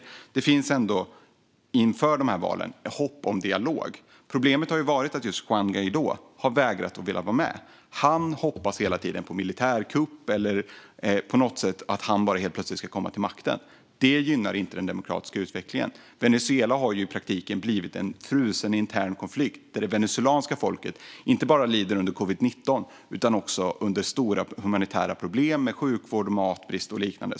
Men det finns ändå inför dessa val hopp om dialog. Problemet har varit att just Juan Guaidó har vägrat att vara med. Han hoppas hela tiden på en militärkupp eller på att han helt plötsligt bara ska komma till makten. Det gynnar inte den demokratiska utvecklingen. Venezuela har i praktiken blivit en frusen intern konflikt där det venezuelanska folket inte bara lider under covid-19 utan också under stora humanitära problem med sjukvård, matbrist och liknande.